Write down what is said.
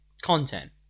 content